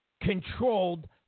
controlled